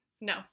no